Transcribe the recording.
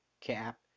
cap